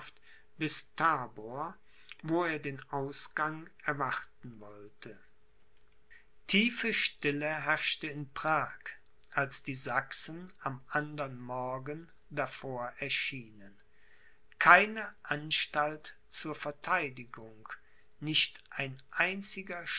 wo er den ausgang erwarten wollte tiefe stille herrschte in prag als die sachsen am andern morgen davor erschienen keine anstalt zur verteidigung nicht ein einziger